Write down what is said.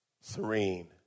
Serene